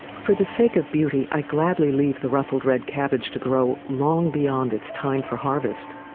for the sake of beauty, i gladly leave the ruffled red cabbage to grow long beyond its time for harvest.